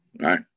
right